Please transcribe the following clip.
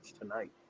tonight